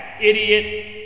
idiot